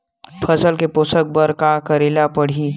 फसल के पोषण बर का करेला पढ़ही?